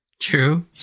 true